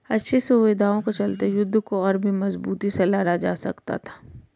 अच्छी सुविधाओं के चलते युद्ध को और भी मजबूती से लड़ा जा सकता था